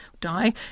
die